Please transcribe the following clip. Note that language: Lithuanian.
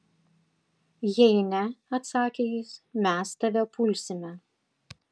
jei ne atsakė jis mes tave pulsime